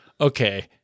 okay